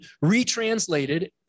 retranslated